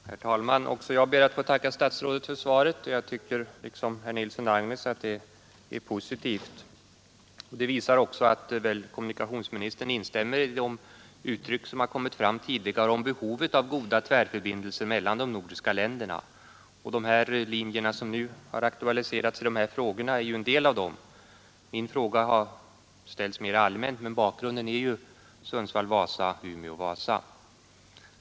Herr talman! Också jag ber att få tacka statsrådet för svaret. Jag tycker liksom herr Nilsson i Agnäs att det är positivt. Det visar väl också att kommunikationsministern instämmer i de uttalanden som har kommit fram tidigare om behovet av goda tvärförbindelser mellan de nordiska länderna. De linjer som nu har aktualiserats är ju en del av dem. Min fråga har ställts mera allmänt, men bakgrunden är linjerna Sundsvall—-Vasa och Umeå-—-Vasa.